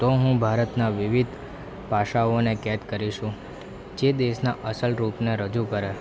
તો હું ભારતના વિવિધ પાસાઓને કેદ કરીશું જે દેશના અસલ રૂપને રજૂ કરે